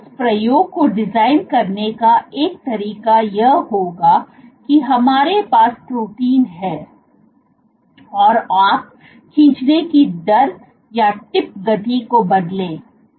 इस प्रयोग को डिजाइन करने का एक तरीका यह होगा कि हमारे पास प्रोटीन है और आप खींचने की दर या टिप गति को बदलें